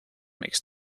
makes